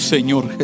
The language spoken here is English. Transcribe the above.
Señor